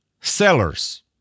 sellers